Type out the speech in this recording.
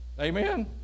Amen